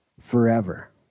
forever